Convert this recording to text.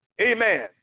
Amen